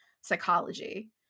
psychology